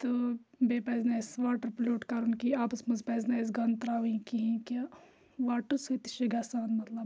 تہٕ بیٚیہِ پَزِ نہٕ اَسہِ واٹَر پولیوٗٹ کَرُن کِہیٖنۍ آبَس منٛز پَزِ نہٕ اَسہِ گَنٛد ترٛاوٕنۍ کِہیٖنۍ کہِ واٹَر سۭتۍ تہِ چھِ گژھان مطلب